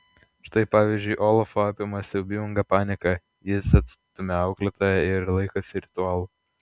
štai pavyzdžiui olafą apima siaubinga panika jis atstumia auklėtoją ir laikosi ritualų